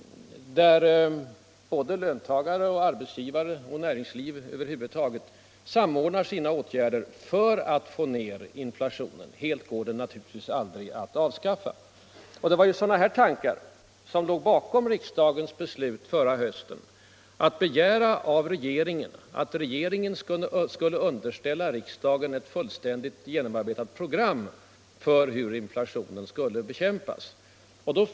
Såväl löntagare som arbetsgivare och näringsliv över huvud taget måste samordna sina åtgärder för att dämpa inflationen — helt går den naturligtvis aldrig att avskaffa. Det var sådana tankar som låg bakom riksdagens beslut förra hösten att begära av regeringen att den skulle underställa riksdagen ett fullständigt genomarbetat program för hur inflationen skulle bekämpas.